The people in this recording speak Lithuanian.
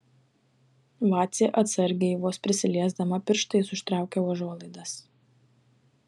vacė atsargiai vos prisiliesdama pirštais užtraukia užuolaidas